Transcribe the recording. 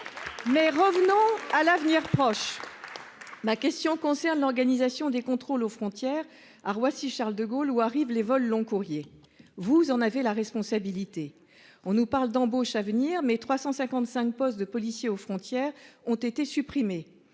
Mais revenons à l'avenir proche. Ma question concerne l'organisation des contrôles aux frontières à Roissy Charles de Gaulle où arrivent les vols long-courriers, vous en avez la responsabilité. On nous parle d'embauche à venir mais 355 postes de policiers aux frontières ont été supprimés.